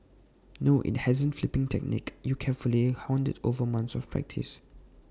no IT wasn't the flipping technique you carefully honed over months of practice